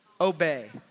Obey